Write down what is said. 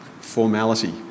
formality